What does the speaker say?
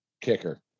Kicker